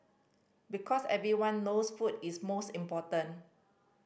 because everyone knows food is most important